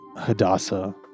Hadassah